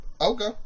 okay